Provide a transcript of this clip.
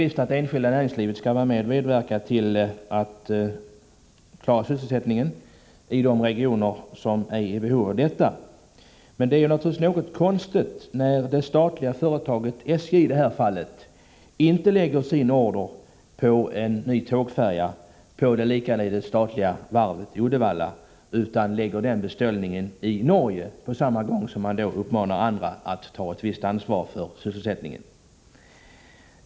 Visst skall det enskilda näringslivet medverka till att klara sysselsättningen i de regioner som är i behov av hjälp. Men det är naturligtvis något konstigt när i detta fall det statliga företaget SJ inte ger sin order på en ny tågfärja till det likaledes statliga varvet i Uddevalla, utan lägger beställningen i Norge, samtidigt som regeringen uppmanar andra att ta ett visst ansvar för sysselsättningen.